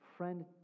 friend